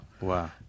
Wow